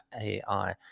ai